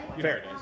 Fair